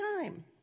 time